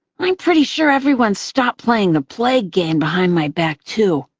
i'm pretty sure everyone's stopped playing the plague game behind my back, too.